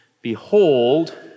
behold